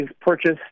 purchased